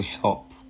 help